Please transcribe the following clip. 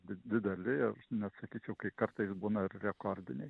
di dideli ir net sakyčiau kai kartais būna ir rekordiniai